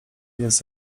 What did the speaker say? jest